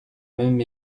même